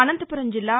అనంతపురం జిల్లా